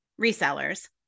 resellers